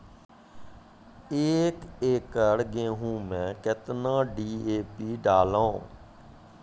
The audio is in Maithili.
एक एकरऽ गेहूँ मैं कितना डी.ए.पी डालो?